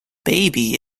baby